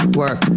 work